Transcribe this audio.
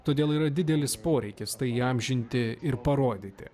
todėl yra didelis poreikis tai įamžinti ir parodyti